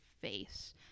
face